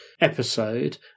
episode